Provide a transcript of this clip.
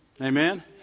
Amen